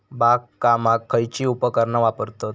बागकामाक खयची उपकरणा वापरतत?